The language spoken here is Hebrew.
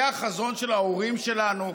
זה החזון של ההורים שלנו,